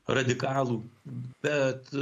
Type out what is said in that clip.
radikalų bet